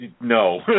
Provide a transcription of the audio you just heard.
no